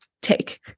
take